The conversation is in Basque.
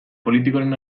politikoren